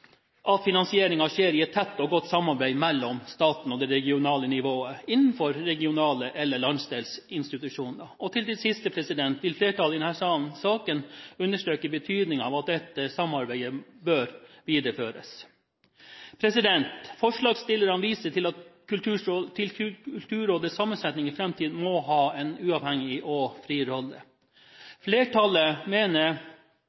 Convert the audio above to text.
skjer i et tett og godt samarbeid mellom staten og det regionale nivået innenfor regionale institusjoner eller landsdelsinstitusjoner. Når det gjelder det siste, vil flertallet i denne saken understreke betydningen av at dette samarbeidet videreføres. Forslagsstillerne viser til at Kulturrådets sammensetning i framtiden må ha en uavhengig og fri